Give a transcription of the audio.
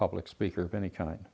public speaker of any kind